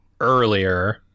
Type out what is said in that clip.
earlier